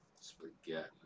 Spaghetti